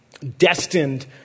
destined